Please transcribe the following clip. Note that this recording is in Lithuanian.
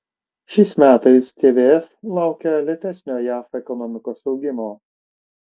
šiais metais tvf laukia lėtesnio jav ekonomikos augimo